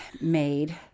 made